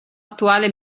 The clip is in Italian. attuale